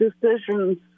decisions